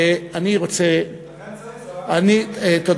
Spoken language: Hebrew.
אני רוצה, לכן צריך צבא מקצועי תודה.